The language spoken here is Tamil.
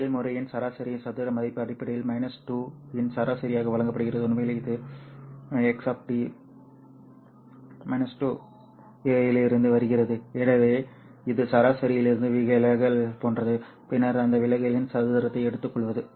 ஒரு செயல்முறையின் சராசரி சதுர மதிப்பு அடிப்படையில் 2 இன் சராசரியாக வழங்கப்படுகிறது உண்மையில் இது x 2 இலிருந்து வருகிறது எனவே இது சராசரியிலிருந்து விலகல்கள் போன்றது பின்னர் அந்த விலகலின் சதுரத்தை எடுத்துக்கொள்வது